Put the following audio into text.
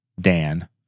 Dan